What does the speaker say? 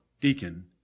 deacon